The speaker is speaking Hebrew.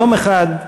יום אחד,